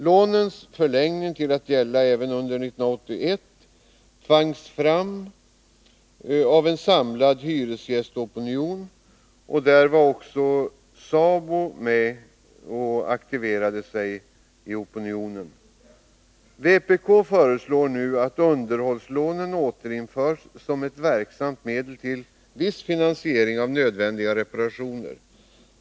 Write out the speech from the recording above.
Lånens förlängning till att gälla även under 1981 tvangs fram av en samlad hyresgästopinion. Då deltog även SABO aktivt vid opinionsbildningen. Vpk föreslår nu att underhållslånen återinförs som ett verksamt medel till viss finansiering av nödvändiga reparationer.